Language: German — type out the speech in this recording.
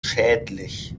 schädlich